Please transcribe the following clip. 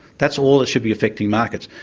that's all that should be affecting markets.